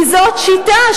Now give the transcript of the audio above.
כי זאת שיטה,